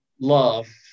love